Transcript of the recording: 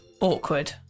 Awkward